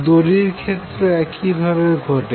দড়ির ক্ষেত্রেও একই ভাবে ঘটে